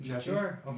Sure